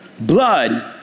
blood